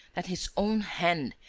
that his own hand,